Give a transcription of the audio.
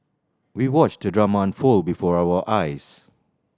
we watched the drama unfold before our eyes